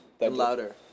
louder